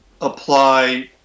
apply